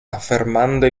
affermando